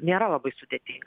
nėra labai sudėtinga